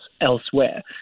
elsewhere